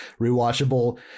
rewatchable